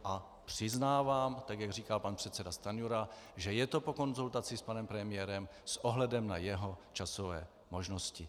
A přiznávám, tak jak říkal pan předseda Stanjura, že je to po konzultaci s panem premiérem s ohledem na jeho časové možnosti.